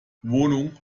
wohnung